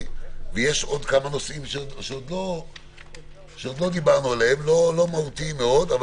ויש עוד כמה נושאים שעוד לא דיברנו עליהם לא מהותיים מאוד.